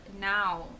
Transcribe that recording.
now